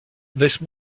laisse